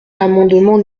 l’amendement